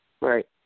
Right